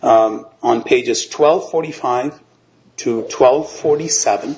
on pages twelve forty five to twelve forty seven